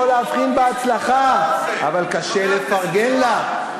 קשה שלא להבחין בהצלחה, אבל קשה, לפרגן לה.